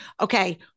okay